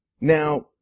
Now